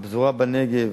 הפזורה בנגב,